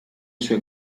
sue